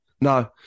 No